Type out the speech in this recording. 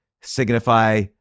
signify